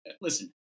listen